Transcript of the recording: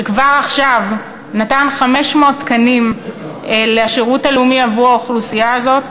שכבר עכשיו נתן 500 תקנים לשירות הלאומי עבור האוכלוסייה הזאת,